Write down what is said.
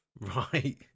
Right